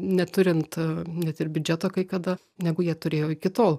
neturint net ir biudžeto kai kada negu jie turėjo iki tol